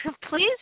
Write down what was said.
please